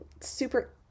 super